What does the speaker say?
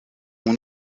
ont